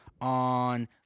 on